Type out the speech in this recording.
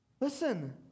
Listen